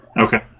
Okay